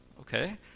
okay